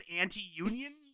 anti-union